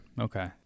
Okay